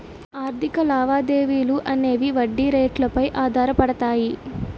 ఆర్థిక లావాదేవీలు అనేవి వడ్డీ రేట్లు పై ఆధారపడతాయి